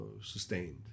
sustained